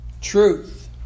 Truth